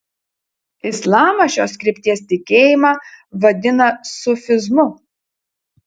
islamas šios krypties tikėjimą vadina sufizmu